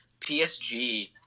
PSG